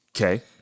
Okay